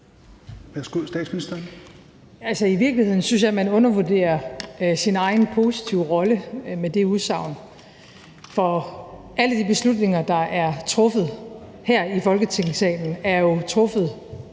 I virkeligheden synes jeg, at man undervurderer sin egen positive rolle med det udsagn, for alle de beslutninger, der er truffet her i Folketingssalen, er jo truffet